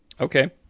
Okay